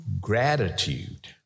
gratitude